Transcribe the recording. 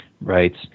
Right